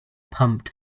pumped